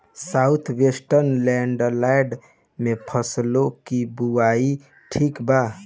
South western lowland में फसलों की बुवाई ठीक बा?